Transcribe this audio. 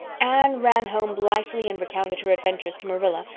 anne ran home blithely and recounted her adventures to marilla,